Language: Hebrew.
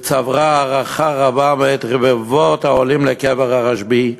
וצברה הערכה רבה בקרב רבבות העולים לקבר הרשב"י,